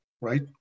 right